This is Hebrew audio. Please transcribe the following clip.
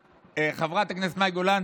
אדוני היושב-ראש, אני רוצה לעלות.